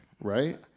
right